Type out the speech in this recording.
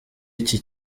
iki